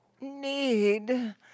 Need